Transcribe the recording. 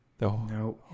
No